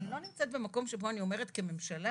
אני לא נמצאת במקום שבו אני אומרת כממשלה